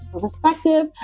perspective